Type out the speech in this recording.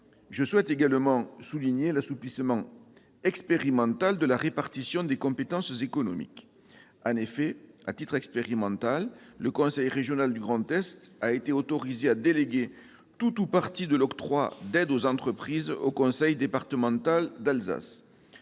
Je souhaite également souligner l'assouplissement de la répartition des compétences économiques. En effet, à titre expérimental, le conseil régional du Grand Est a été autorisé à déléguer tout ou partie de l'octroi d'aides aux entreprises au conseil départemental d'Alsace.